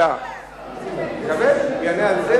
השר יענה על זה,